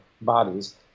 bodies